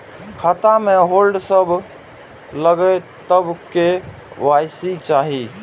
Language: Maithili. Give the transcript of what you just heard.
खाता में होल्ड सब लगे तब के.वाई.सी चाहि?